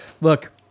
look